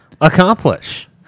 accomplish